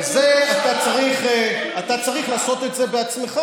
אבל את זה אתה צריך לעשות את זה בעצמך,